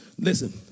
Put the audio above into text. Listen